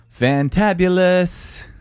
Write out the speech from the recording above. Fantabulous